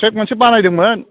track मोनसे बानायदोंमोन